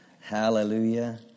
Hallelujah